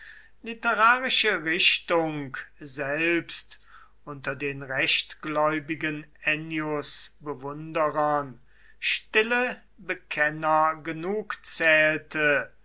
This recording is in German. literarische richtung selbst unter den rechtgläubigen enniusbewunderern stille bekenner genug zählte